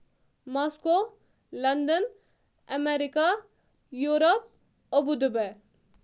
Moscow London America Europe abu Dubai